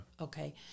Okay